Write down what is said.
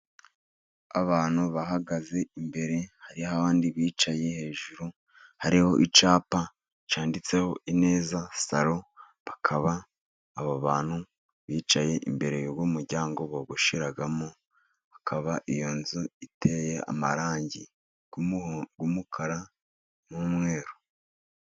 Abantu bahagaze imbere hariho abandi bicaye hejuru. Hariho icyapa cyanditseho Ineza salo. Bakaba aba bantu bicaye imbere y'uwo muryango bogosheramo, akaba iyo nzu iteye amarangi y'umukara n'umweru.